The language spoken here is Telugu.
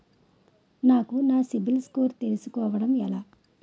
నాకు నా సిబిల్ స్కోర్ తెలుసుకోవడం ఎలా?